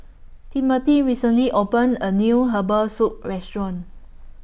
Timmothy recently opened A New Herbal Soup Restaurant